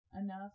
enough